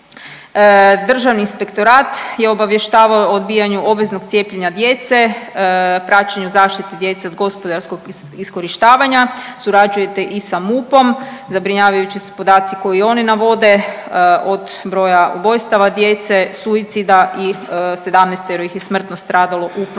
Državni inspektorat je obavještavao o odbijanju obaveznog cijeljenja djece, praćenju zaštite djece od gospodarskog iskorištavanja, surađujete i sa MUP-om. Zabrinjavajući su podaci koji oni navode od broja ubojstava djece, suicida i 17 ih je smrtno stradalo u prometu.